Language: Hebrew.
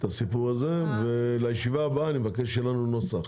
אני מבקש שלישיבה הבאה יהיה נוסח.